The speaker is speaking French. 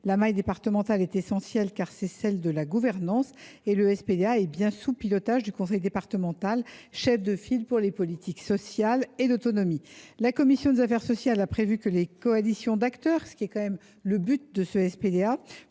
La maille départementale est essentielle. C’est en effet celle de la gouvernance et le SPDA est bien piloté par le conseil départemental, chef de file pour les politiques sociales et l’autonomie. La commission des affaires sociales a prévu que les coalitions d’acteurs – c’est l’objectif du SPDA